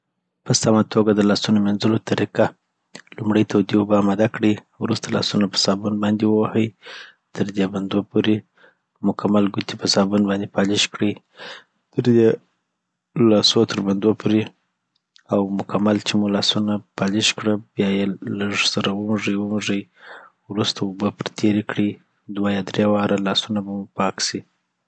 په سمه توګه د لاسونو مینځلو طریقه لومړي تودي اوبه امده کړي وروسته لاسونه په صابون باندي ووهي تر دي بندو پوري مکمل ګوتې په صابون باندي پالش کړي تر دی لاسو تر بندو پوري او مکمل چي مو لاسونه پالش کړه بیایی لږ سره وموږي وموږي وروسته اوبه پر تیري کړي دوه یا دری واره. لاسونه به مو پاک سي